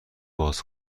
باز